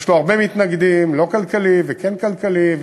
יש לנו הרבה מתנגדים, לא כלכלי וכן כלכלי,